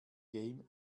game